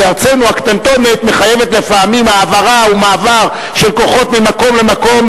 כי ארצנו הקטנטונת מחייבת לפעמים העברה או מעבר של כוחות ממקום למקום,